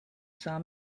saw